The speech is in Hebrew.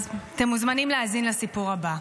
אז אתם מוזמנים להאזין לסיפור הבא: